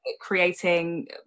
creating